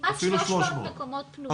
עד 300 מקומות פנויים.